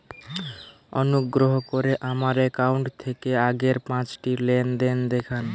অনুগ্রহ করে আমার অ্যাকাউন্ট থেকে আগের পাঁচটি লেনদেন দেখান